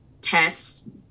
test